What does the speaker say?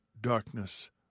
darkness